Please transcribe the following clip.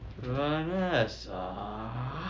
Vanessa